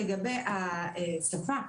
לגבי השפה,